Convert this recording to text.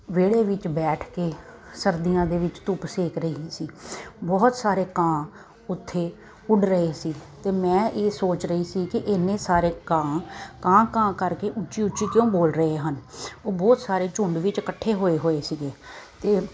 ਵਿਹੜੇ ਵਿੱਚ ਬੈਠ ਕੇ ਸਰਦੀਆਂ ਦੇ ਵਿੱਚ ਧੁੱਪ ਸੇਕ ਰਹੀ ਸੀ ਬਹੁਤ ਸਾਰੇ ਕਾਂ ਉੱਥੇ ਉੱਡ ਰਹੇ ਸੀ ਅਤੇ ਮੈਂ ਇਹ ਸੋਚ ਰਹੀ ਸੀ ਕਿ ਇੰਨੇ ਸਾਰੇ ਕਾਂ ਕਾਂ ਕਾਂ ਕਰਕੇ ਉੱਚੀ ਉੱਚੀ ਕਿਉਂ ਬੋਲ ਰਹੇ ਹਨ ਉਹ ਬਹੁਤ ਸਾਰੇ ਝੁੰਡ ਵਿੱਚ ਇਕੱਠੇ ਹੋਏ ਹੋਏ ਸੀਗੇ ਅਤੇ